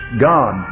God